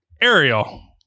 Ariel